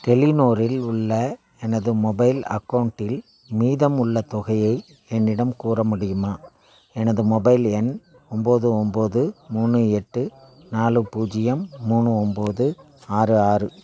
டெலிநோரில் உள்ள எனது மொபைல் அக்கௌண்ட்டில் மீதம் உள்ள தொகையை என்னிடம் கூற முடியுமா எனது மொபைலு எண் ஒம்பது ஒம்பது மூணு எட்டு நாலு பூஜ்ஜியம் மூணு ஒம்பது ஆறு ஆறு